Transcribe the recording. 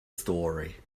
story